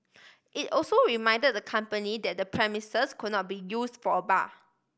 it also reminded the company that the premises could not be use for a bar